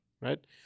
right